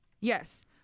Yes